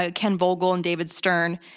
ah ken vogel and david stern,